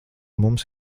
mums